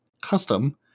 custom